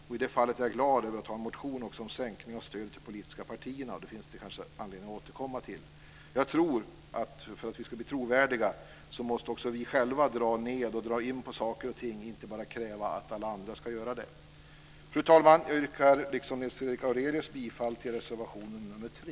I det fallet är jag glad över att jag har väckt en motion om en sänkning av stödet till de politiska partierna. Det finns kanske anledning att återkomma till det. För att vi ska bli trovärdiga tror jag att också vi själva måste dra ned och dra in på saker och ting och inte bara kräva att alla andra ska göra det. Fru talman! Jag yrkar, liksom Nils Fredrik Aurelius, bifall till reservation 3.